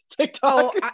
TikTok